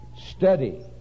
study